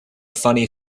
funny